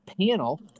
panel